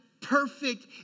perfect